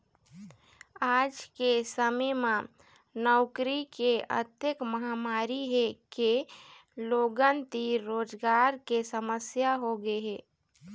आज के समे म नउकरी के अतेक मारामारी हे के लोगन तीर रोजगार के समस्या होगे हे